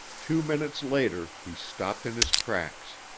two minutes later he stopped in his tracks.